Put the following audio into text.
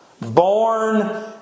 born